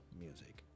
music